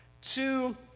two